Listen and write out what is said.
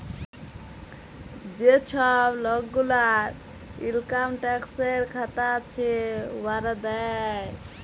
যে ছব লক গুলার ইলকাম ট্যাক্সের খাতা আছে, উয়ারা দেয়